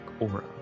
aura